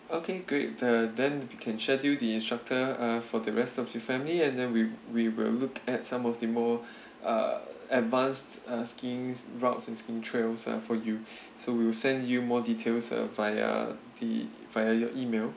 okay great the then we can schedule the instructor uh for the rest of the family and then we we will look at some of the more uh advanced uh skiing routes and skiing trails uh for you so we'll send you more details uh via the via your email